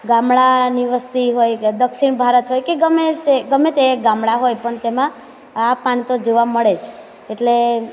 ગામડાંની વસ્તી હોય કે દક્ષિણ ભારત હોય કે ગમે તે ગમે તે ગામડાં હોય પણ તેમાં આ પાન તો જોવા મળે જ એટલે